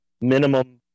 minimum